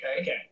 Okay